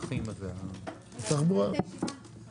הישיבה